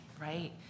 right